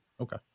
Okay